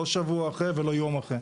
לא שבוע אחרי ולא יום אחרי.